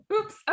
oops